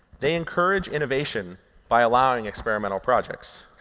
they encourage innovation by allowing experimental projects.